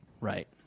Right